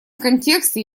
контексте